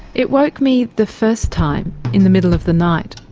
it woke me the first time in the middle of the night.